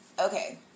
Okay